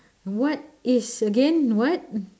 what is again what